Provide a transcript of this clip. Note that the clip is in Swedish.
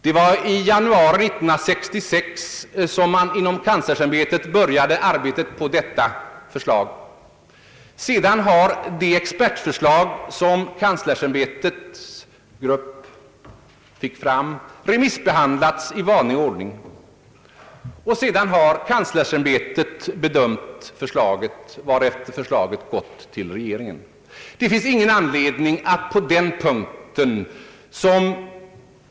Det var i januari 1966, som man inom kanslersämbetet började arbetet på detta förslag. Sedan har det expertförslag, som kanslersämbetets grupp fick fram, remissbehandlats i vanlig ordning, och så har kanslersämbetet bedömt förslaget, varefter det gått till regeringen.